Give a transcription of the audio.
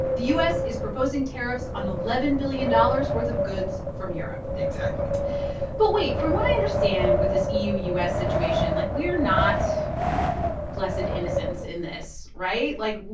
the u s. is proposing tariffs on eleven billion dollars worth of goods from europe exactly but wait. from what i understand with this eu-u s. situation like, we're not blessed innocents in this, right? like,